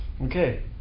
Okay